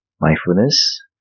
Mindfulness